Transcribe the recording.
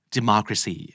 Democracy